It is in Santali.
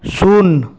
ᱥᱩᱱ